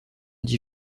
dis